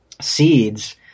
seeds